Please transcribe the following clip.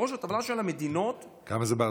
בראש הטבלה של המדינות המפותחות.